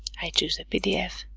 i choose the pdf